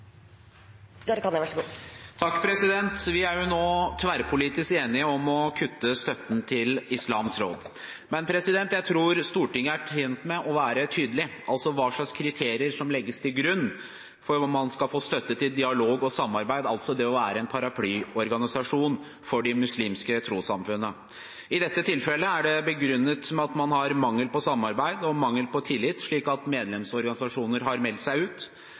Islamsk Råd Norge, men jeg tror Stortinget er tjent med å være tydelig med tanke på hva slags kriterier som skal legges til grunn for at man skal få støtte til dialog og samarbeid, altså det å være en paraplyorganisasjon for de muslimske trossamfunnene. I dette tilfellet er tilbaketrekkingen av støtten begrunnet med mangel på samarbeid og mangel på tillit, slik at medlemsorganisasjoner har meldt seg ut.